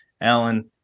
alan